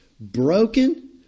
broken